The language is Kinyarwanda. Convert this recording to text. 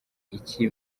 iki